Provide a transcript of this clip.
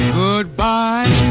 goodbye